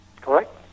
Correct